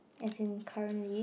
as in currently